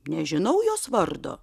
nežinau jos vardo